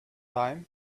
time